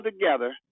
together